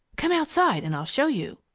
come outside and i'll show you!